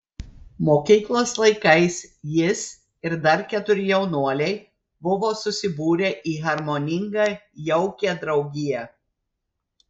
mokyklos laikais jis ir dar keturi jaunuoliai buvo susibūrę į harmoningą jaukią draugiją